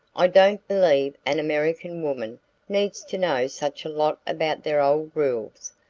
i don't believe an american woman needs to know such a lot about their old rules.